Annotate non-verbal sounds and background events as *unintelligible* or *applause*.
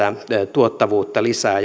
tuottavuutta lisää *unintelligible*